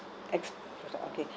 ex~ okay